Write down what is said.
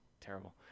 terrible